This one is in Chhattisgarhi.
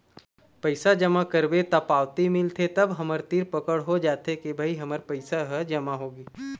पइसा जमा करबे त पावती मिलथे तब हमर तीर पकड़ हो जाथे के भई हमर पइसा ह जमा होगे